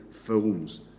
films